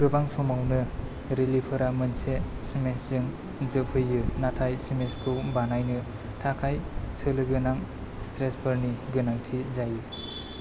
गोबां समावनो रेलिफोरा मोनसे स्मेशजों जोबहैयो नाथाय स्मेशखौ बानायनो थाखाय सोलोगोनां स्ट्रेसफोरनि गोनांथि जायो